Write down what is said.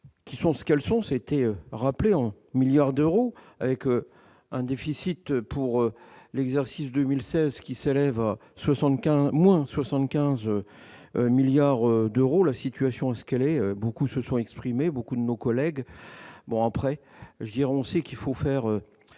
qui sont ce qu'elles sont, c'était, rappelez 11 milliards d'euros, avec un déficit pour l'exercice 2016, qui s'élève à 75 moins 75 milliards d'euros, la situation est-ce qu'elle est, beaucoup se sont exprimés, beaucoup de nos collègues, bon après, j'ai renoncé qu'il faut faire